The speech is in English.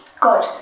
Good